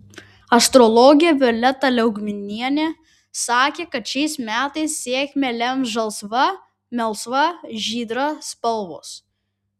astrologė violeta liaugminienė sakė kad šiais metais sėkmę lems žalsva melsva žydra spalvos